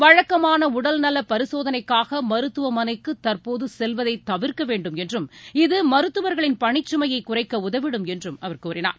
வழக்கமான உடல்நலப் பரிசோதனைக்காக மருத்துவமனைக்கு தற்போது செல்வதை தவிர்க்க வேண்டும் என்றும் இது மருத்துவர்களின் பணிச்சுமையை குறைக்க உதவிடும் என்றும் அவர் தெரிவித்தார்